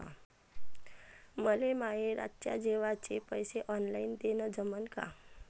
मले माये रातच्या जेवाचे पैसे ऑनलाईन देणं जमन का?